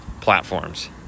platforms